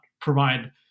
provide